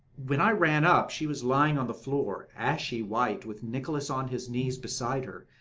when i ran up, she was lying on the floor, ashy white, with nicholas on his knees beside her,